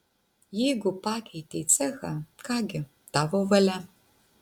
jeigu pakeitei cechą ką gi tavo valia